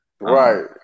Right